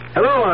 Hello